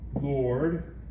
Lord